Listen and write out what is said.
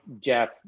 jeff